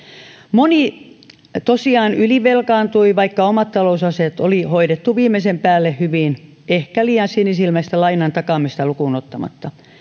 moni tosiaan ylivelkaantui vaikka omat talousasiat oli hoidettu viimeisen päälle hyvin ehkä liian sinisilmäistä lainan takaamista lukuun ottamatta